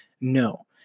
No